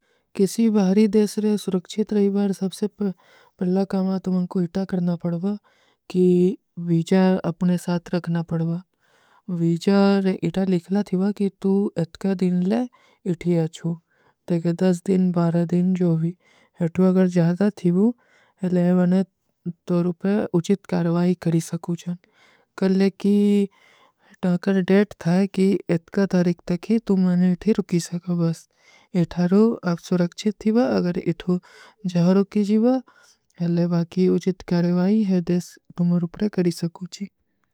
କିସୀ ବାହରୀ ଦେଶରେ ସୁରକ୍ଷିତ ରହୀ ବାହର ସବସେ ପହଲା କାମା ତୋ ମୈଂକୋ ଇତା କରନା ପଡଵା କି ଵୀଜା ଅପନେ ସାଥ ରଖନା ପଡଵା। ଵୀଜା ଇତା ଲିଖଲା ଥିଵା କି ତୂ ଇତକା ଦିନ ଲେ ଇଠୀ ଆଚୂ। ତେ କେ ଦସ ଦିନ, ବାରା ଦିନ ଜୋ ଭୀ। ଇଠାରୋ ଆପ ସୁରକ୍ଷିତ ଥିଵା ଅଗର ଇତୋ ଜହରୋ କୀଜିଵା, ଅଲେ ବାକୀ ଉଜିତ କରଵାଈ ହୈ ଦେଶ ତୁମ୍ହ ରୁପରେ କରୀ ସକୂଚୀ।